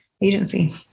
agency